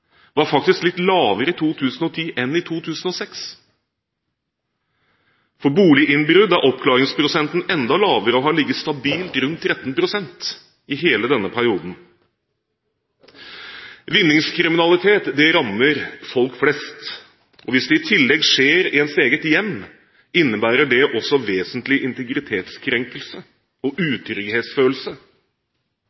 var faktisk litt lavere i 2010 enn i 2006. For boliginnbrudd er oppklaringsprosenten enda lavere, og den har ligget stabil rundt 13 pst. i hele denne perioden. Vinningskriminalitet rammer folk flest. Hvis det i tillegg skjer i ens eget hjem, innbærer det også vesentlig integritetskrenkelse og